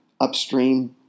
Upstream